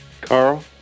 Carl